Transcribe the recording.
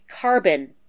carbon